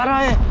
i